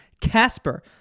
Casper